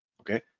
okay